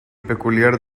peculiar